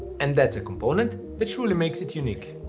and that's a component that truly makes it unique.